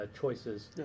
choices